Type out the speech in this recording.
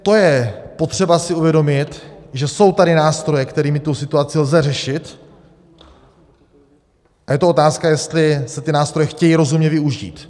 To je potřeba si uvědomit, že jsou tady nástroje, kterými tu situaci lze řešit, a je otázka, jestli se ty nástroje chtějí rozumně využít.